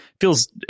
feels